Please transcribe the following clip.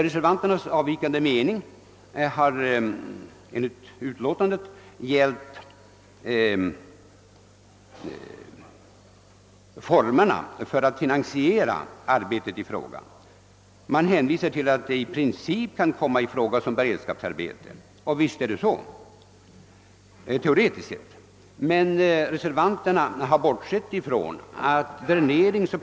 Reservanternas avvikande mening har enligt reservationen gällt formerna för finansieringen av arbetet. Reservanterna säger att förbättringsåtgärderna i princip kan komma i fråga som beredskapsarbeten. Visst är det möjligt, teoretiskt sett, men reservanterna har bortsett från att dräneringsoch.